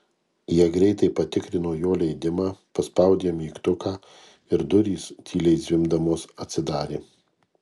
jie greitai patikrino jo leidimą paspaudė mygtuką ir durys tyliai zvimbdamos atsidarė